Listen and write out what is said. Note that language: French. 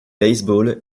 baseball